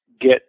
get